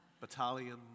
Battalion